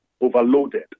overloaded